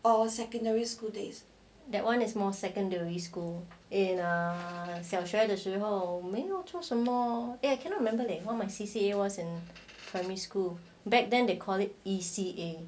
that [one] is more secondary school in err 小学的时候没有做什么 I cannot remember they what my C_C_CA was in primary school back then they call it E_C_A